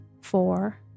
four